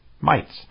mites